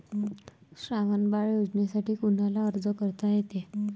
श्रावण बाळ योजनेसाठी कुनाले अर्ज करता येते?